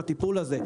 הטיפול הזה,